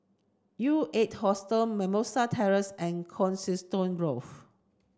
U Eight Hostel Mimosa Terrace and Coniston Grove